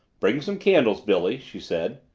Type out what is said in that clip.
bring some candles, billy, she said.